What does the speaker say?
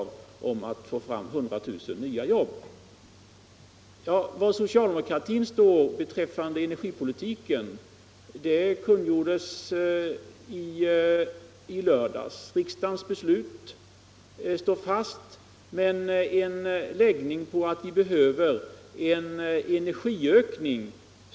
Var socialdemokratin står beträffande energipolitiken kungjordes i lördags. Riksdagens beslut står fast. Vi betonar att vi skall ha en långsammare energiökning.